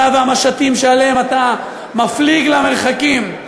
אתה והמשטים שעליהם אתה מפליג למרחקים.